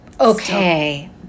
Okay